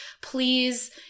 Please